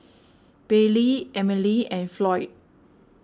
Baylee Emile and Floyd